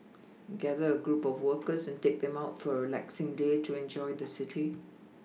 gather a group of workers and take them out for a relaxing day to enjoy the city